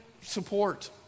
support